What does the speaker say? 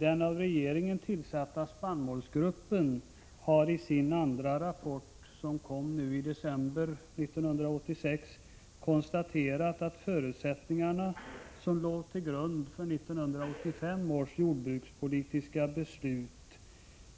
Den av regeringen tillsatta spannmålsgruppen har i sin andra rapport, som kom i december 1986, konstaterat att de förutsättningar som låg till grund för 1985 års jordbrukspolitiska beslut